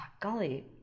golly